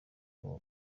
uwa